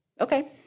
Okay